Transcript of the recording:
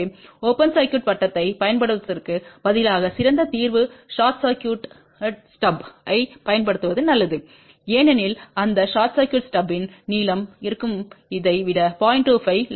எனவே ஓபன் சர்க்யூட்வட்டத்தைப் பயன்படுத்துவதற்குப் பதிலாக சிறந்த தீர்வு ஷார்ட் சர்க்யூட்றிக்கை ஸ்டப்பைப் பயன்படுத்துவது நல்லது ஏனெனில் அந்த ஷார்ட் சர்க்யூட் ஸ்டப்பின் நீளம் இருக்கும் இதை விட 0